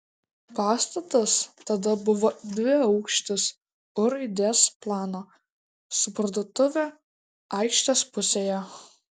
pastatas tada buvo dviaukštis u raidės plano su parduotuve aikštės pusėje